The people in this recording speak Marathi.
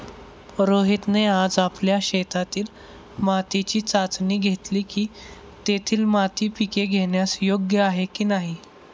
रोहितने आज आपल्या शेतातील मातीची चाचणी घेतली की, तेथील माती पिके घेण्यास योग्य आहे की नाही